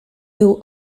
był